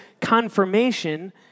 confirmation